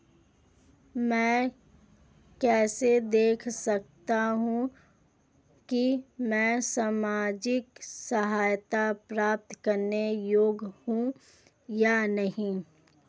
मैं कैसे देख सकता हूं कि मैं सामाजिक सहायता प्राप्त करने योग्य हूं या नहीं?